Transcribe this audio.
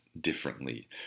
differently